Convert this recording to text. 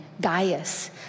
Gaius